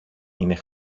είναι